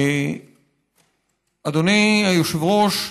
אדוני היושב-ראש,